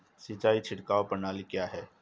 सिंचाई छिड़काव प्रणाली क्या है?